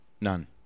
None